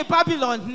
Babylon